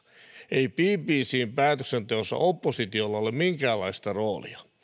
ei bbcn päätöksenteossa oppositiolla ole minkäänlaista roolia